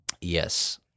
yes